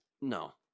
no